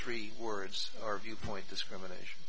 three words are viewpoint discrimination